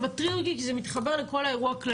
זה מטריד אותי כי זה מתחבר לכל האירוע הכללי.